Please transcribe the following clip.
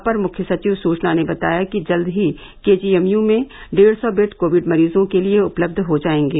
अपर मुख्य सचिव सूचना ने बताया कि जल्द ही केजीएमयू में डेढ़ सौ बेड कोविड मरीजों के लिये उपलब्ध हो जायेंगे